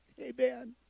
Amen